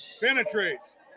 penetrates